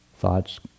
Thoughts